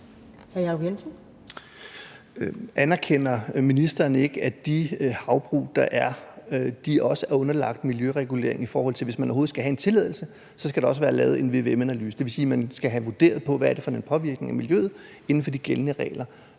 Anerkender ministeren ikke, at de havbrug, der er, også er underlagt miljøregulering, idet der, hvis man overhovedet skal have en tilladelse, også skal være lavet en vvm-analyse, det vil sige, at der skal foretages en vurdering med hensyn til påvirkningen af miljøet inden for de gældende regler?